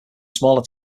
smaller